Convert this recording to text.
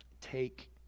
Take